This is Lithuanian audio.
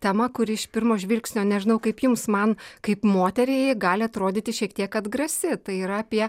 temą kuri iš pirmo žvilgsnio nežinau kaip jums man kaip moteriai gali atrodyti šiek tiek atgrasi tai yra apie